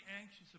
anxious